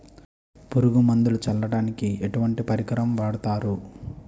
పురుగు మందులు చల్లడానికి ఎటువంటి పరికరం వాడతారు?